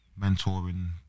Mentoring